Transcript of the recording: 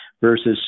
versus